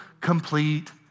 complete